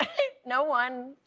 no one.